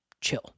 chill